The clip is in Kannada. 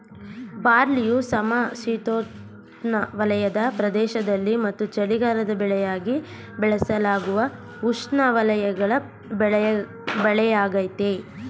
ಬಾರ್ಲಿಯು ಸಮಶೀತೋಷ್ಣವಲಯದ ಪ್ರದೇಶದಲ್ಲಿ ಮತ್ತು ಚಳಿಗಾಲದ ಬೆಳೆಯಾಗಿ ಬೆಳೆಸಲಾಗುವ ಉಷ್ಣವಲಯದ ಬೆಳೆಯಾಗಯ್ತೆ